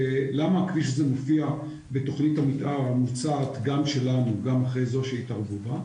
למה הכביש הזה מופיע בתוכנית המתאר המוצעת גם שלנו וגם בזאת שהתערבו בה?